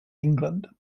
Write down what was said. england